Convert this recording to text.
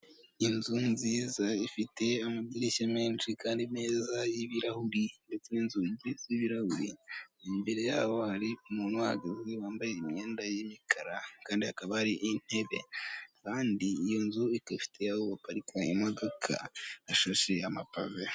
Inzu nziza ifite amadirishya menshi kandi meza y'ibirahuri ndetse n'inzugi z'ibirahuri, imbere yabo hari umuntu uhagaze wambaye imyenda y'imikara kandi akaba ari intebe kandi iyo nzu ikaba ifite aho baparika imodoka hashashe amapave.